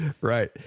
Right